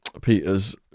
Peter's